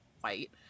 white